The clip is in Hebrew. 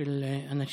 של אנשים.